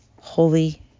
holy